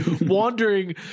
wandering